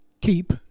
keep